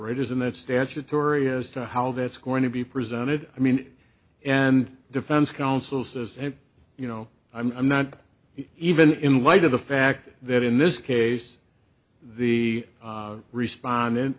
it isn't that statutory as to how that's going to be presented i mean and defense counsel says you know i'm not even in light of the fact that in this case the respond